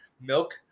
Milk